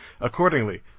Accordingly